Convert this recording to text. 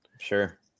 Sure